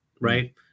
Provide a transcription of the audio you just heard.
right